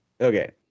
okay